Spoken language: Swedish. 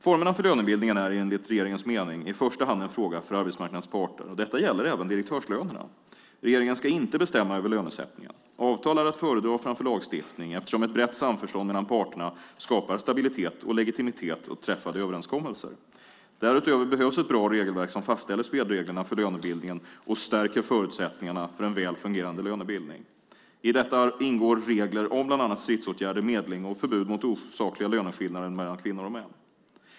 Formerna för lönebildning är, enligt regeringens mening, i första hand en fråga för arbetsmarknadens parter, och detta gäller även direktörslönerna. Regeringen ska inte bestämma över lönesättningen. Avtal är att föredra framför lagstiftning eftersom ett brett samförstånd mellan parterna skapar stabilitet och legitimitet åt träffade överenskommelser. Därutöver behövs ett bra regelverk som fastställer spelreglerna för lönebildningen och stärker förutsättningarna för en väl fungerande lönebildning. I detta ingår regler om bland annat stridsåtgärder, medling och förbud mot osakliga löneskillnader mellan kvinnor och män.